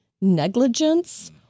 negligence